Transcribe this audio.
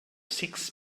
six